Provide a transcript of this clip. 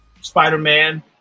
spider-man